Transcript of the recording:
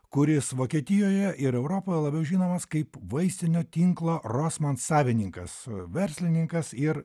kuris vokietijoje ir europoje labiau žinomas kaip vaistinių tinklo rosman savininkas verslininkas ir